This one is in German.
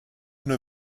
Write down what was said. nur